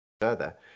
further